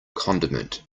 condiment